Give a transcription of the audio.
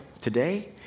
today